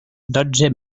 dotze